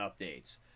updates